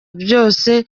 byose